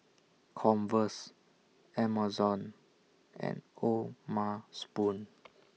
Converse Amazon and O'ma Spoon